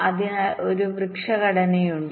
അതിനാൽ ഒരു വൃക്ഷ ഘടനയുണ്ട്